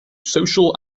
social